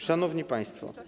Szanowni państwo.